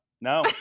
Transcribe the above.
No